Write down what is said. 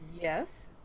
Yes